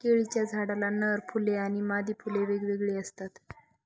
केळीच्या झाडाला नर फुले आणि मादी फुले वेगवेगळी असतात